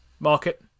market